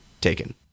taken